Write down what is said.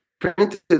printed